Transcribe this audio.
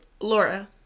Laura